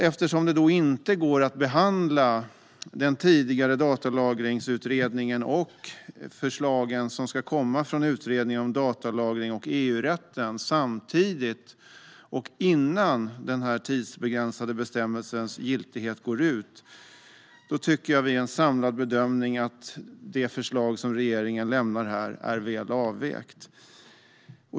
Eftersom det då inte går att behandla den tidigare Datalagringsutredningen och förslagen som ska komma från Utredningen om datalagring och EU-rätten samtidigt och innan den här tidsbegränsade bestämmelsens giltighet går ut tycker jag vid en samlad bedömning att förslaget som regeringen lämnar här är väl avvägt.